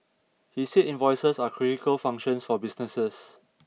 he said invoices are critical functions for businesses